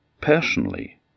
Personally